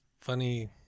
funny